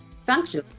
function